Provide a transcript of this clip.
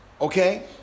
okay